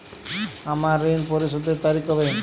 আমার ঋণ পরিশোধের তারিখ কবে?